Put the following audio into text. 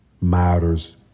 matters